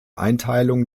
einteilung